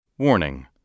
Warning